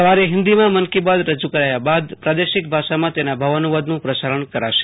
સવારે હિન્દીમાં મન કી બાત રજૂ કરાયા બાદ પ્રાદશિક ભાષાઓમાં તેના ભાવાનુવાદનું પ્રસારણ કરાશે